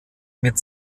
mit